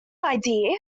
idea